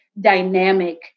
Dynamic